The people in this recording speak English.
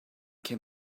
can